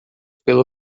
pela